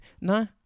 No